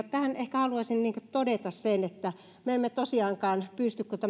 tähän ehkä haluaisin todeta sen että me emme tosiaankaan pysty tätä